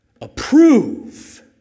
approve